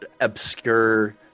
obscure